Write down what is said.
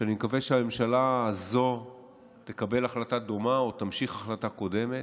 ואני מקווה שהממשלה הזו תקבל החלטה דומה או תמשיך החלטה קודמת,